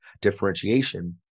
differentiation